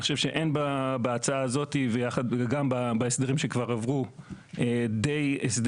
אין בהצעה הזו ובהסדרים שכבר עברו הסדרים